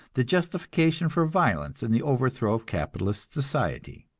the justification for violence in the overthrow of capitalist society.